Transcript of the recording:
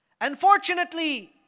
Unfortunately